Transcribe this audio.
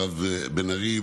מירב בן ארי,